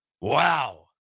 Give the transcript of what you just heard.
Wow